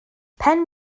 pen